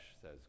says